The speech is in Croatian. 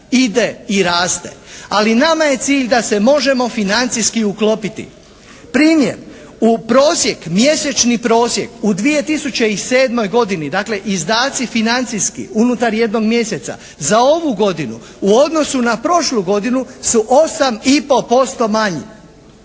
ide i raste. Ali nama je cilj da se možemo financijski uklopiti. Primjer. U prosjek, mjesečni prosjek u 2007. godini, dakle izdaci financijski unutar jednog mjeseca za ovu godinu u odnosu na prošlu godinu su 8,55 manji.